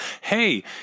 Hey